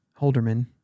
Holderman